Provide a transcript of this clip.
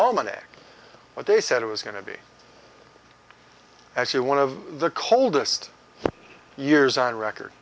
almanac what they said it was going to be actually one of the coldest years on record